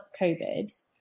covid